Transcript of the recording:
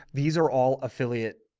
these are all affiliate.